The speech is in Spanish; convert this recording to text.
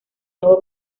nuevo